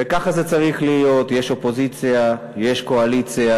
וככה זה צריך להיות, יש אופוזיציה, יש קואליציה.